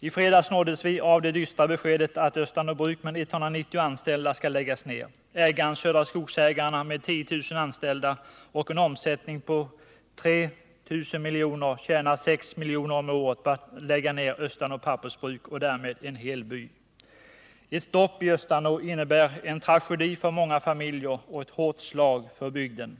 I fredags nåddes vi av det dystra beskedet att Östanå Bruk med 190 anställda skall läggas ner. Ägaren Södra Skogsägarna med 10 000 anställda och en omsättning på 3 000 milj.kr. tjänar 6 milj.kr. om året på att lägga ner Östanå Pappersbruk och därmed en hel by. Ett stopp i Östanå innebär också en tragedi för många familjer och ett hårt slag för bygden.